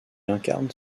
incarne